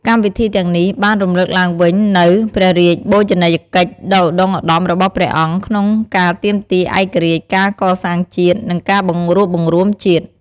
កម្មវិធីទាំងនេះបានរំលឹកឡើងវិញនូវព្រះរាជបូជនីយកិច្ចដ៏ឧត្តុង្គឧត្តមរបស់ព្រះអង្គក្នុងការទាមទារឯករាជ្យ ការកសាងជាតិ និងការបង្រួបបង្រួមជាតិ។